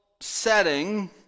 Setting